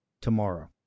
tomorrow